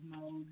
mode